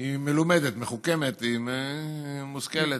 היא מלומדת, מחוכמת, היא מושכלת.